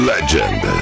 Legend